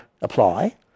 apply